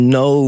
no